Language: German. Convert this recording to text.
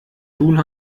tun